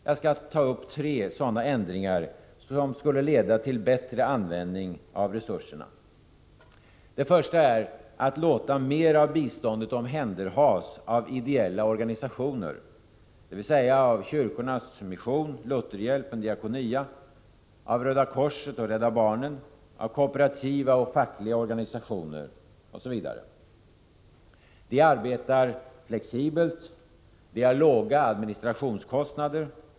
Jag skall ta upp tre ändringar som skulle leda till bättre användning av pengarna. Det första är att låta mer av biståndet omhänderhas av ideella organisationer, dvs. av kyrkornas mission, Lutherhjälpen och Diakonia, Röda korset, Rädda barnen, kooperativa och fackliga organisationer etc. De arbetar flexibelt. De har låga administrationskostnader.